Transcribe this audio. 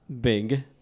big